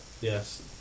Yes